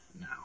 now